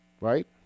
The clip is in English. right